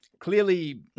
Clearly